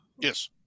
Yes